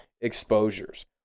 exposures